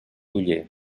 oller